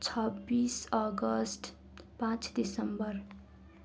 छब्बिस अगस्त पाँच दिसम्बर